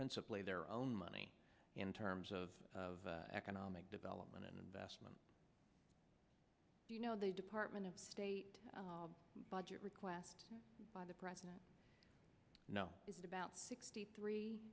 principally their own money in terms of of economic development and investment you know the department of state budget request by the president no it's about sixty three